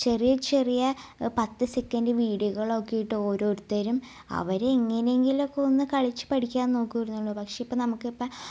ചെറിയ ചെറിയ പത്ത് സെക്കൻഡ് വീഡിയോകളക്കെട്ടോരോരുത്തരും അവർ എങ്ങനെങ്കിലൊക്കൊന്ന് കളിച്ച് പഠിക്കാൻ നോക്കുവായിരുന്നുള്ളു പക്ഷേ ഇപ്പം നമുക്കിപ്പം